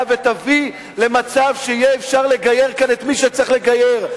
ויביא למצב שיהיה אפשר לגייר כאן את מי שצריך לגייר.